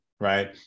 right